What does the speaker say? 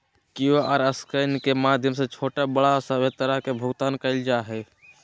QR scan के माध्यम से छोटा बड़ा सभे तरह के भुगतान कइल जा हइ